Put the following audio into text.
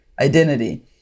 identity